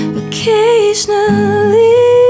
occasionally